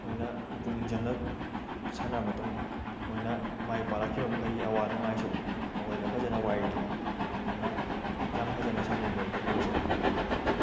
ꯃꯣꯏꯅ ꯄꯨꯛꯅꯤꯡ ꯆꯪꯅ ꯁꯥꯟꯅꯔꯕ ꯃꯇꯨꯡ ꯃꯣꯏꯅ ꯃꯥꯏ ꯄꯥꯛꯂꯛꯈꯤꯕ ꯃꯈꯩꯒꯤ ꯑꯋꯥ ꯅꯨꯡꯉꯥꯏꯁꯨ ꯑꯩꯈꯣꯏꯗ ꯐꯖꯅ ꯋꯥꯔꯤ ꯂꯤ ꯑꯗꯨꯅ ꯌꯥꯝ ꯐꯖꯅ ꯁꯥꯟꯅꯩꯣ ꯐꯨꯠꯕꯣꯜꯁꯨ